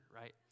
right